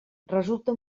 resulta